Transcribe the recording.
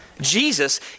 Jesus